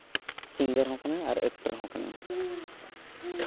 ᱥᱤᱝᱜᱟᱨ ᱦᱚᱸ ᱠᱟᱱᱟᱭ ᱟᱨ ᱮᱹᱠᱴᱚᱨ ᱦᱚᱸ ᱠᱟᱱᱟᱭ